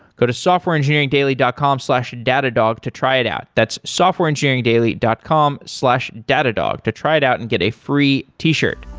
go to softwareengineeringdaily dot com slash datadog try it out. that's softwareengineeringdaily dot com slash datadog to try it out and get a free t-shirt.